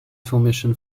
information